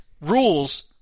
rules